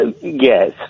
yes